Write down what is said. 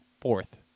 fourth